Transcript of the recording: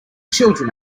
children